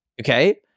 okay